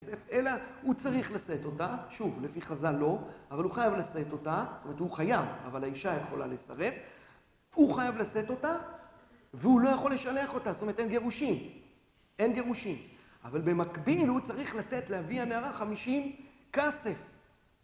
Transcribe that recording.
אלא הוא צריך לשאת אותה, שוב, לפי חז״ל לא, אבל הוא חייב לשאת אותה, זאת אומרת הוא חייב, אבל האישה יכולה לסרב. הוא חייב לשאת אותה והוא לא יכול לשלח אותה, זאת אומרת אין גירושים, אין גירושים. אבל במקביל הוא צריך לתת, להביא הנערה 50 כסף.